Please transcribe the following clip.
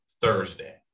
Thursday